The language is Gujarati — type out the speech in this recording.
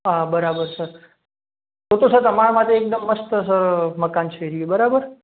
હ બરાબર છે તો તો સર તમારા માટે એકદમ મસ્ત સ મકાન છે એ રહ્યું એ બરાબર